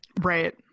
right